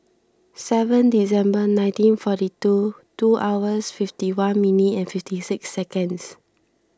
seven December nineteen forty two two hours fifty one minute and fifty six seconds